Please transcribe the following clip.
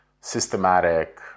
systematic